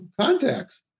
contacts